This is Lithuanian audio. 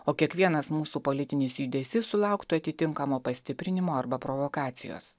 o kiekvienas mūsų politinis judesys sulauktų atitinkamo pastiprinimo arba provokacijos